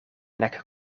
nek